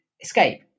escape